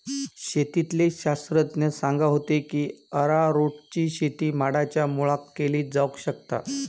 शेतीतले शास्त्रज्ञ सांगा होते की अरारोटची शेती माडांच्या मुळाक केली जावक शकता